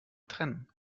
trennen